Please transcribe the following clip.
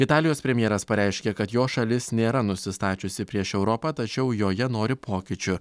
italijos premjeras pareiškė kad jo šalis nėra nusistačiusi prieš europą tačiau joje nori pokyčių